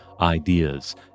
ideas